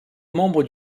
membre